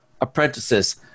apprentices